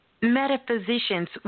Metaphysicians